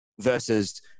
versus